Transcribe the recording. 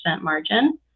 margin